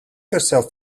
yourself